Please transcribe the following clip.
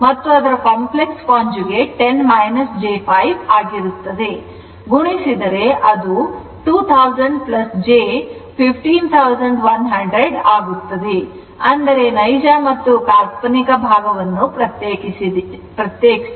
ಆದ್ದರಿಂದ ಗುಣಿಸಿದರೆ ಅದು 2000 j 1500 ಆಗುತ್ತದೆ ಅಂದರೆ ನೈಜ ಮತ್ತು ಕಾಲ್ಪನಿಕ ಭಾಗವನ್ನು ಪ್ರತ್ಯೇಕಿಸಿ